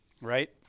right